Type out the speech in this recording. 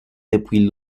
depuis